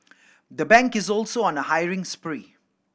the bank is also on a hiring spree